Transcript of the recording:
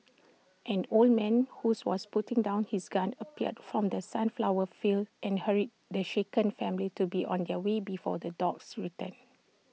an old man who's was putting down his gun appeared from the sunflower fields and hurried the shaken family to be on their way before the dogs return